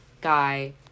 guy